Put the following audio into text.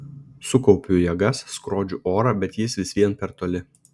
sukaupiu jėgas skrodžiu orą bet jis vis vien per toli